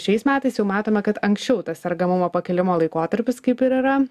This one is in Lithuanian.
šiais metais jau matome kad anksčiau tas sergamumo pakilimo laikotarpis kaip ir yra